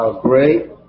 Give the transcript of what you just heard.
great